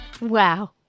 Wow